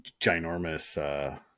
ginormous